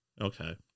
Okay